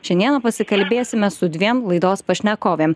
šiandien pasikalbėsime su dviem laidos pašnekovėm